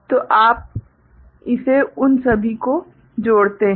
तो आप इसे उन सभी से जोड़ते हैं